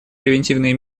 превентивные